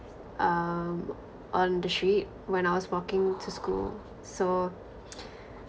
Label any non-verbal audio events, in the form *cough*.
um on the street when I was walking to school so *noise*